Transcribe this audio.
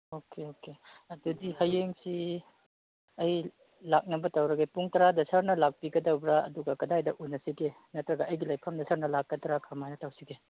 okay okay ꯑꯗꯨꯗꯤ ꯍꯌꯦꯡꯁꯤ ꯑꯩ ꯂꯥꯛꯅꯕ ꯇꯧꯔꯒꯦ ꯄꯨꯡ ꯇꯔꯥꯗ ꯁꯥꯔꯅ ꯂꯥꯛꯄꯤꯒꯗꯕ꯭ꯔꯥ ꯑꯗꯨꯒ ꯀꯗꯥꯏꯗ ꯎꯟꯅꯁꯤꯒꯦ ꯅꯠꯇ꯭ꯔꯒ ꯑꯩꯒꯤ ꯂꯩꯐꯝꯗ ꯁꯥꯔꯅ ꯂꯥꯛꯀꯗ꯭ꯔꯥ ꯀꯃꯥꯏꯅ ꯇꯧꯁꯤꯒꯦ